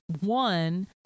One